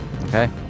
Okay